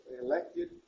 elected